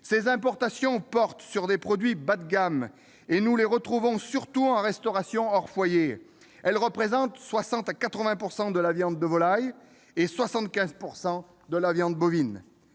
Ces importations portent sur des produits bas de gamme et nous les retrouvons surtout en restauration hors foyer. Elles représentent 60 % à 80 % de la viande de volaille et 75 % de la viande bovine.